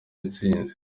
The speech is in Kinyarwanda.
intsinzi